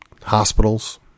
hospitals